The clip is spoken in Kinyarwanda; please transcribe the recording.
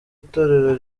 itorero